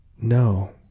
no